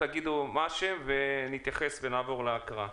תגידו את השם ונתייחס ונעבור להקראה.